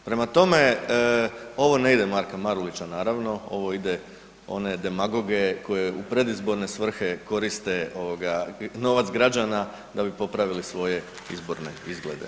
Prema tome, ovo ne ide Marka Marulića, naravno, ovo ide one demagoge koji u predizborne svrhe koriste novac građana da bi popravili svoje izborne izglede.